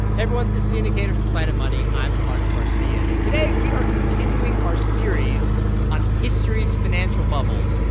everyone. this is the indicator from planet money. i'm cardiff garcia. and today, we are continuing our series on history's financial bubbles,